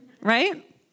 right